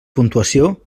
puntuació